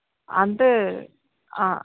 అంటే